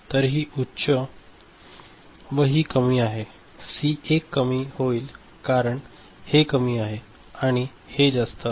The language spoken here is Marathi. तर ही उच्च व ही कमी आहे सी 1 कमी होईल कारण हे कमी आहे आणि हे जास्त आहे